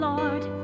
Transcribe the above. Lord